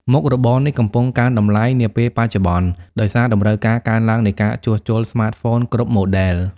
មុខរបរនេះកំពុងកើនតម្លៃនាពេលបច្ចុប្បន្ន ដោយសារតម្រូវការកើនឡើងនៃការជួសជុលស្មាតហ្វូនគ្រប់ម៉ូឌែល។